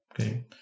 okay